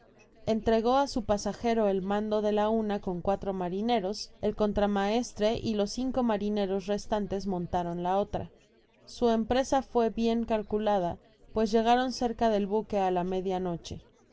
entregó á su pasajero el mando de la una con cuatro marineros el contramaestre y los cinco marineros restantes montaron la otra su empresa fué bien calculada pues llegaron cerca dei buque á la